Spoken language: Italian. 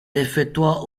effettuò